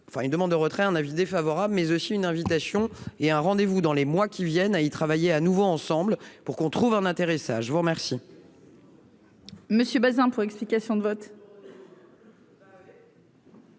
une demande de retrait, un avis défavorable, mais aussi une invitation et un rendez-vous dans les mois qui viennent à y travailler à nouveau ensemble pour qu'on trouve un atterrissage, je vous remercie.